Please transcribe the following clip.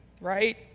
Right